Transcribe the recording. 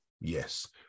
Yes